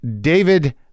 David